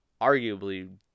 arguably